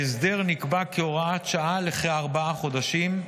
ההסדר נקבע כהוראת שעה לכארבעה חודשים,